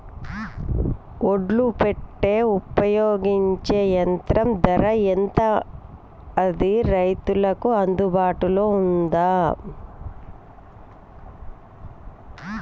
ఒడ్లు పెట్టే ఉపయోగించే యంత్రం ధర ఎంత అది రైతులకు అందుబాటులో ఉందా?